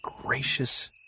gracious